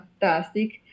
fantastic